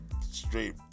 straight